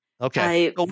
Okay